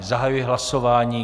Zahajuji hlasování.